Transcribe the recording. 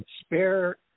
spare